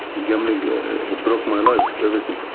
gambling had broke my life everything.